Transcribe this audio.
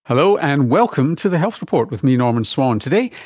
hello, and welcome to the health report with me, norman swan. today,